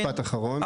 משפט אחרון.